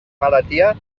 malaltia